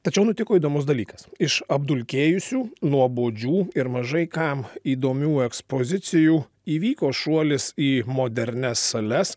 tačiau nutiko įdomus dalykas iš apdulkėjusių nuobodžių ir mažai kam įdomių ekspozicijų įvyko šuolis į modernias sales